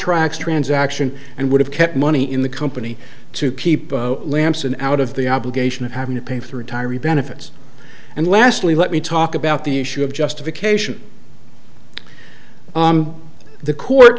tracks transaction and would have kept money in the company to keep lampson out of the obligation of having to pay through tyree benefits and lastly let me talk about the issue of justification the court